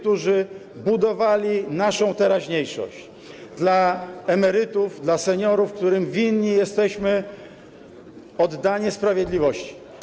którzy budowali naszą teraźniejszość: dla emerytów, dla seniorów, którym winni jesteśmy oddanie sprawiedliwości.